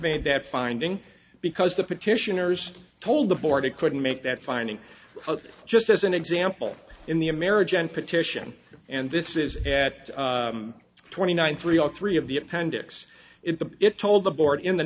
made that finding because the petitioners told the board he couldn't make that finding just as an example in the a marriage and petition and this is at twenty nine three all three of the appendix it told the board in the